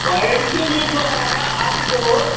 warranty में जो है न आपको